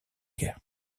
guerre